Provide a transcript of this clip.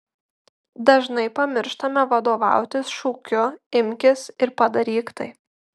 dažnai pamirštame vadovautis šūkiu imkis ir padaryk tai